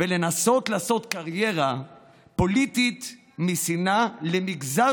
ולנסות לעשות קריירה פוליטית משנאה למגזר